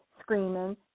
screaming